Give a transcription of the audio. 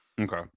Okay